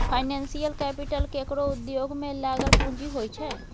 financial capital केकरो उद्योग में लागल पूँजी होइ छै